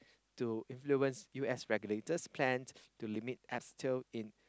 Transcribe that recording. to influence U_S regulators plan to limit asbestos in